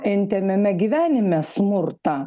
intymiame gyvenime smurtą